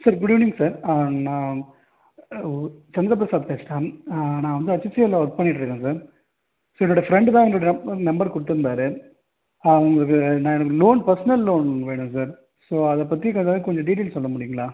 sir good evening sir நான் சந்திரபிரசாத் பேசுகிறேன் நான் வந்து ஹச்சிஎல்லில் ஒர்க் பண்ணிகிட்ருக்கேன் சார் ஸோ என்னோடய ஃப்ரெண்டு தான் உங்களோடய நம் நம்பர் காெடுத்துருந்தாரு உங்களுக்கு நான் எனக்கு லோன் பர்ஸ்னல் லோன் வேணும் சார் ஸோ அதைப் பற்றி ஏதாவது கொஞ்சம் டீட்டைல் சொல்ல முடியுங்களா